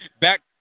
Back